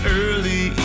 early